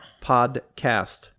podcast